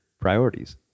priorities